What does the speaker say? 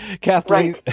Kathleen